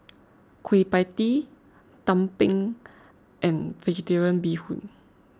Kueh Pie Tee Tumpeng and Vegetarian Bee Hoon